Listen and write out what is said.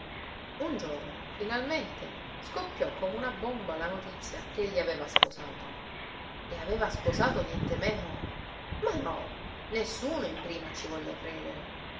un giorno finalmente scoppiò come una bomba la notizia ch'egli aveva sposato e aveva sposato nientemeno ma no nessuno in prima ci volle credere